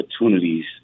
opportunities